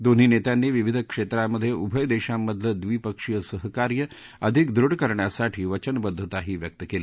दोन्ही नेत्यांनी विविध क्षेत्रांमध्ये उभय देशांमधलं द्विपक्षीय सहकार्य अधिक दृढ करण्यासाठी वचनबद्धताही व्यक्त केली